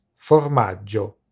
Formaggio